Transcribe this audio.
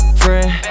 friend